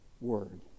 word